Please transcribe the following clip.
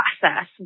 process